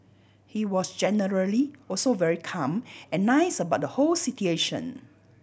he was generally also very calm and nice about the whole situation